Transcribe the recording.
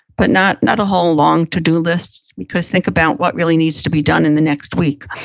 but not not a whole, long, to-do list because think about what really needs to be done in the next week.